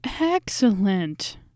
Excellent